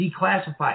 declassified